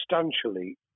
substantially